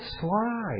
slide